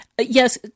Yes